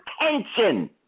attention